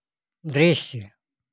दृश्य